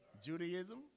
Judaism